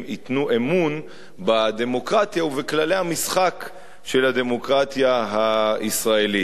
ייתנו אמון בדמוקרטיה ובכללי המשחק של הדמוקרטיה הישראלית.